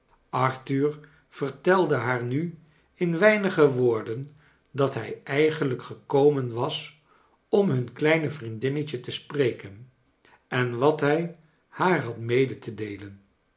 arthur vertelde haar nu in weiuige woorden dat hij eigenlijk gekomeu was om hun kieine vriendinnetje te spreken en wat hij haar had mede te deelen